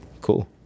Cool